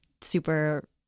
super